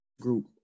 group